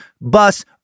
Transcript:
bus